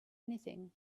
anything